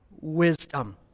wisdom